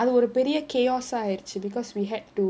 அது ஒரு பெரிய:athu oru periya chaos ah ஆயிடுச்சு:aayiduchu because we had to